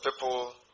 people